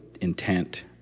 intent